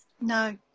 No